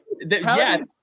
yes